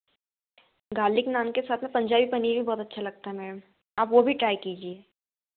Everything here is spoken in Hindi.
गार्लिक नान के साथ में पंजाबी पनीर भी बहुत अच्छा लगता मैम आप वह भी ट्राई कीजिए